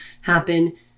happen